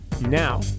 Now